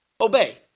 Obey